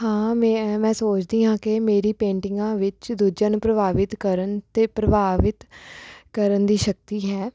ਹਾਂ ਮੈਂ ਇਵੇਂ ਸੋਚਦੀ ਹਾਂ ਕਿ ਮੇਰੀ ਪੇਟਿੰਗਾਂ ਵਿੱਚ ਦੂਜਿਆਂ ਨੂੰ ਪ੍ਰਭਾਵਿਤ ਕਰਨ ਅਤੇ ਪ੍ਰਭਾਵਿਤ ਕਰਨ ਦੀ ਸ਼ਕਤੀ ਹੈ